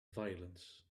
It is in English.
violence